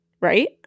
right